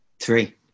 Three